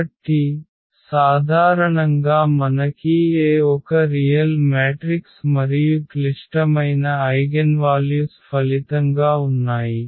కాబట్టి సాధారణంగా మనకీ A ఒక రియల్ మ్యాట్రిక్స్ మరియు క్లిష్టమైన ఐగెన్వాల్యుస్ ఫలితంగా ఉన్నాయి